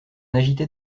agitait